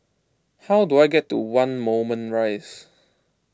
how do I get to one Moulmein Rise